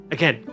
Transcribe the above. Again